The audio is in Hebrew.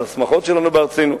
על השמחות שלנו בארצנו,